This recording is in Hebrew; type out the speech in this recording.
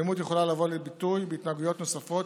אלימות יכולה לבוא לביטוי בהתנהגויות נוספות,